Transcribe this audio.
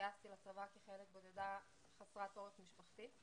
והתגייסתי לצבא כחיילת בודדה חסרת עורף משפחתי.